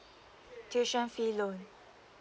tuition fee loan